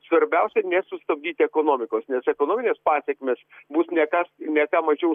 svarbiausia nesustabdyti ekonomikos nes ekonominės pasekmės bus ne ką ne ką mažiau